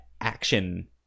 action